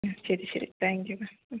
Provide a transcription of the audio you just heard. ശരി ശരി thank you ma'am